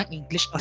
English